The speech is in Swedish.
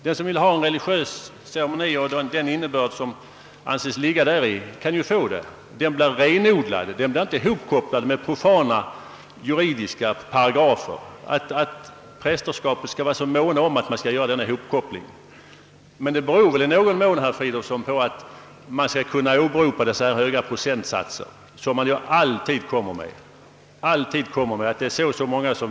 Den som vill ha en religiös ceremoni med den innebörd som anses ligga däri kan ju få den, och den blir också renodlad och inte hopkopplad med profana juridiska paragrafer. Det är underligt att präster skall vara så måna om denna hopkoppling, men det beror väl i någon mån på att de vill kunna åberopa dessa höga procentsatser för kyrkvigsel som de alltid drar fram.